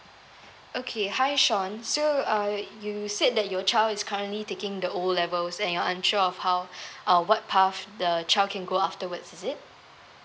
okay hi sean so uh you said that your child is currently taking the O levels and you're unsure of how uh what path the child can go afterwards is it